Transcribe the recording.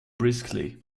briskly